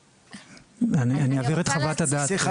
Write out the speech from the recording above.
ואני אעביר את חוות הדעת.